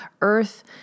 earth